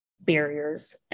barriers